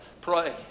pray